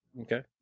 Okay